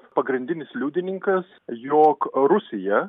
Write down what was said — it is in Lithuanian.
pagrindinis liudininkas jog rusija